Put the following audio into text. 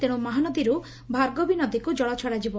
ତେଶୁ ମହାନଦୀରୁ ଭାର୍ଗବୀ ନଦୀକୁ ଜଳ ଛଡ଼ାଯିବ